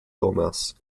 dormouse